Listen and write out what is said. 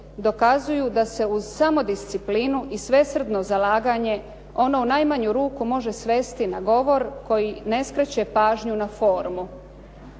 dokazuju da se uz samodisciplinu i svesrdno zalaganje ono u najmanju ruku može svesti na govor koji ne skreće pažnju na formu,